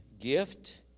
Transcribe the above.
gift